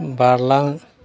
बारलां